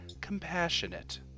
compassionate